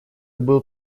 был